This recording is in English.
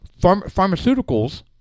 pharmaceuticals